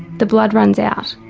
the blood runs out,